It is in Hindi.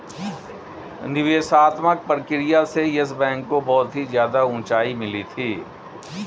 निवेशात्मक प्रक्रिया से येस बैंक को बहुत ही ज्यादा उंचाई मिली थी